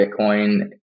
Bitcoin